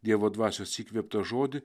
dievo dvasios įkvėptą žodį